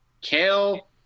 Kale